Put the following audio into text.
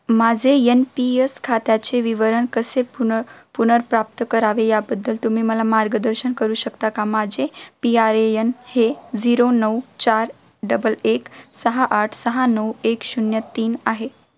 माझे N P S खात्याचे विवरण कसे पुनर पुनर्प्राप्त करावे याबद्दल तुम्ही मला मार्गदर्शन करू शकता का माझे पी आर ए यन हे झीरो नऊ चार डबल एक सहा आठ सहा नऊ एक शून्य तीन आहे